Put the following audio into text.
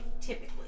Typically